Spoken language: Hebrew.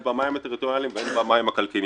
הן במים הטריטוריאליים והן במים הכלכליים.